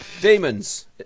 Demons